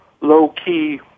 low-key